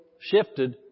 shifted